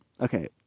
okay